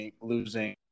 losing